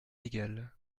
égal